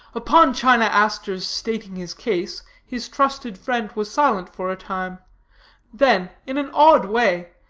upon china aster's stating his case, his trusted friend was silent for a time then, in an odd way,